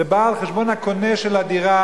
זה בא על חשבון הקונה של הדירה,